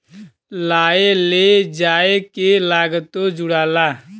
लाए ले जाए के लागतो जुड़ाला